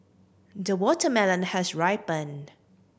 the watermelon has ripened